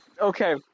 Okay